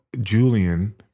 Julian